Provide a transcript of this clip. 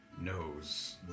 knows